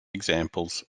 examples